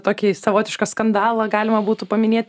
tokį savotišką skandalą galima būtų paminėt